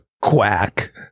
quack